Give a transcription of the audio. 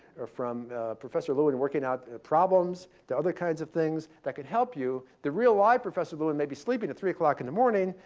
or from professor lewin working out problems. the other kinds of things that could help you the real life professor lewin maybe sleeping at three o'clock in the morning,